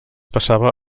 passava